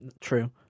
True